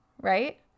right